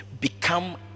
Become